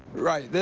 right,